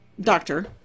doctor